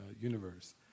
universe